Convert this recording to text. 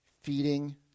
feeding